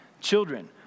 Children